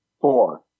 Four